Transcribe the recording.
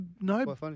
no